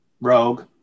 rogue